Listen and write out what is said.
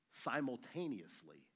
simultaneously